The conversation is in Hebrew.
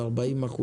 40%,